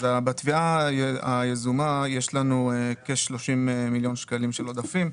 אז בתביעה היזומה יש לנו כ-30 מיליון שקלים של עודפים,